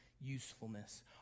usefulness